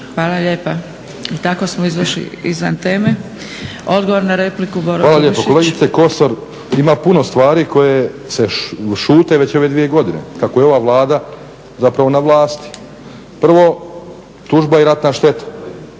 Hvala lijepa. I tako smo izvan teme. Odgovor na repliku Boro Grubišić. **Grubišić, Boro (HDSSB)** Hvala lijepo. Kolegice Kosor, ima puno stvari koje se šute već ove dvije godine, kako je ova Vlada na vlasti. prvo, tužba i ratna šteta